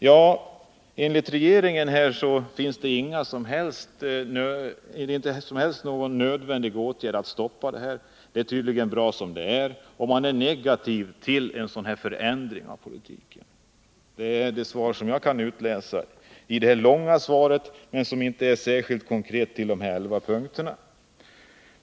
Ja, enligt regeringen är det ingen nödvändig åtgärd att stoppa den här verksamheten. Det är tydligen bra som det är. Man är negativ till en förändring av politiken. Det är det svar som jag kan utläsa av statsrådets långa interpellationssvar, som emellertid inte är särskilt konkret på de elva punkterna.